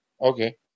Okay